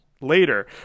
later